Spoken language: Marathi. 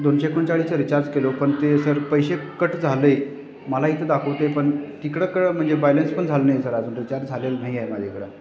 दोनशे एकोणचाळीसचं रिचार्ज केलो पण ते सर पैसे कट झालं आहे मला इथं दाखवतं आहे पण तिकडं कळं म्हणजे बॅलन्स पण झालं नाही सर अजून रिचार्ज झालेलं नाही आहे माझ्याकडं